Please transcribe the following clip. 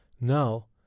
Now